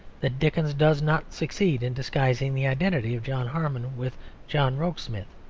that dickens does not succeed in disguising the identity of john harmon with john rokesmith.